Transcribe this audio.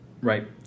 Right